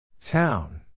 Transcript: Town